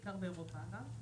בעיקר באירופה אגב.